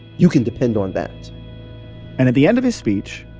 you can depend on that and at the end of his speech.